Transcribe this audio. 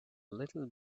little